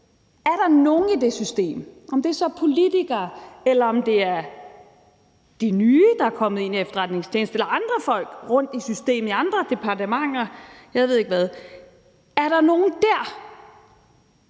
der er nogen i det system, om det så er politikere eller de nye, der er kommet ind i efterretningstjenesten eller andre folk i systemet, i andre af de departementer – jeg ved